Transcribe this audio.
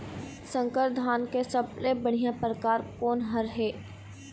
संकर धान के सबले बढ़िया परकार कोन हर ये?